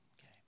okay